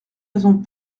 raisons